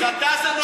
אז אתה,